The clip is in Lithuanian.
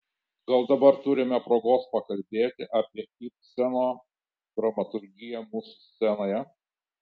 gal dabar turime progos pakalbėti apie ibseno dramaturgiją mūsų scenoje